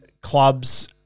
clubs